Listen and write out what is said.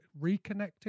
reconnecting